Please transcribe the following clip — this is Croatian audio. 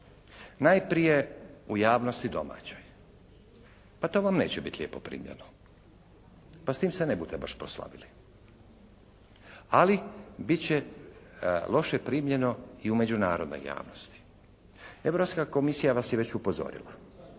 Najprije u javnosti domaćoj. Pa to vam neće biti lijepo primljeno. Pa s tim se ne bute baš proslavili. Ali bit će loše primljeno i u međunarodnoj javnosti. Europska komisija vas je već upozorila